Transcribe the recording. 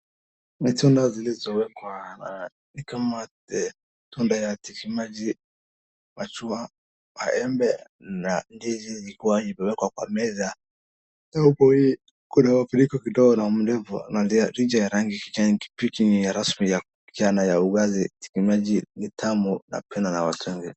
Matunda zilizowekwa ni kama tunda ya tiki maji, mashua, maembe na ndizi imepelekwa kwa meza ,tiki maji ni tamu na inapendwa na watu wengi.